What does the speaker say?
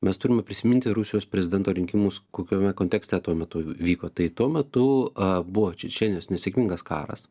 mes turime prisiminti rusijos prezidento rinkimus kokiame kontekste tuo metu vyko tai tuo metu buvo čečėnijos nesėkmingas karas